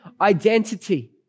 identity